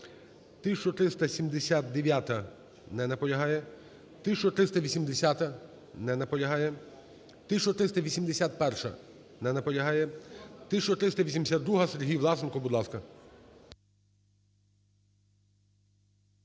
1379-а. Не наполягає. 1380-а. Не наполягає. 1381-а. Не наполягає. 1382-а. Сергій Власенко, будь ласка.